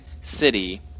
city